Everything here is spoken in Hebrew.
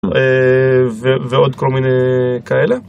ועוד כל מיני כאלה